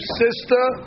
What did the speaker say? sister